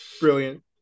Brilliant